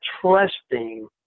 trusting